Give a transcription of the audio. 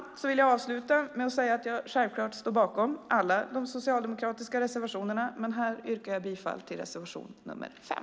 Med det vill jag avsluta med att säga att jag självfallet står bakom alla de socialdemokratiska reservationerna, men här yrkar jag bifall till reservation nr 5.